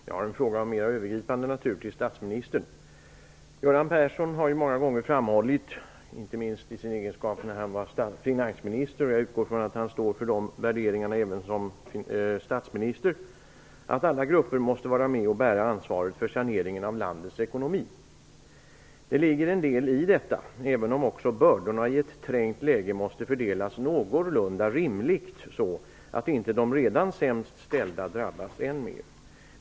Fru talman! Jag har en fråga av mera övergripande natur till statsministern. Göran Persson har många gånger framhållit, inte minst i sin egenskap av finansminister - och jag utgår från att han står för de värderingarna även som statsminister - att alla grupper måste vara med och bära ansvaret för saneringen av landets ekonomi. Det ligger en del i detta, även om bördorna i ett trängt läge måste fördelas någorlunda rimligt, så att inte de redan sämst ställda drabbas än mer.